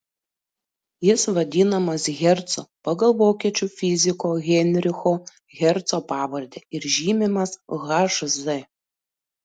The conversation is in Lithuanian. jis vadinamas hercu pagal vokiečių fiziko heinricho herco pavardę ir žymimas hz